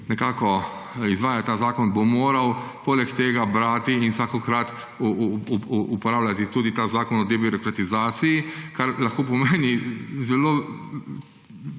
ki izvaja ta zakon, bo moral poleg tega brati in vsakokrat uporabljati tudi ta zakon o debirokratizaciji, kar lahko pomeni